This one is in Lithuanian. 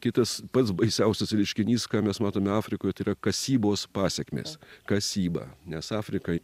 kitas pats baisiausias reiškinys ką mes matome afrikoj tai yra kasybos pasekmės kasyba nes afrika